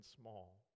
small